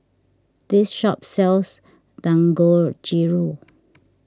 this shop sells Dangojiru